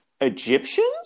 egyptians